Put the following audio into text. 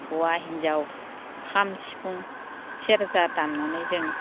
हौवा हिनजाव खाम सिफुं सेरजा दामनानै जों